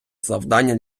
завдання